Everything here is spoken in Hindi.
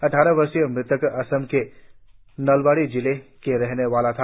अट्ठारह वर्षीय मृतक असम के नलवाड़ी जिले के रहने वाला था